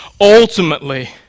ultimately